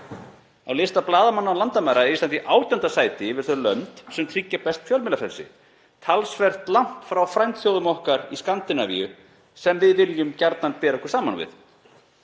Á lista Blaðamanna án landamæra er Ísland í 18. sæti yfir þau lönd sem tryggja best fjölmiðlafrelsi, talsvert langt frá frændþjóðum okkar í Skandinavíu sem við viljum gjarnan bera okkur saman við.